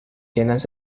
llenas